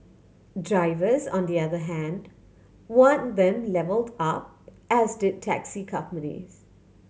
drivers on the other hand wanted them levelled up as did taxi companies